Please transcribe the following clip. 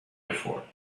before